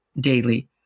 daily